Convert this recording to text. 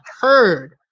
heard